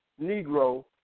Negro